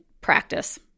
practice